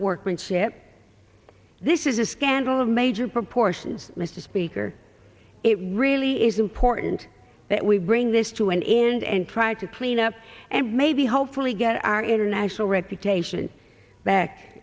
workmanship this is a scandal of major proportions mr speaker it really is important that we bring this to an end and try to clean up and maybe hopefully get our international reputation back